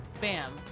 Bam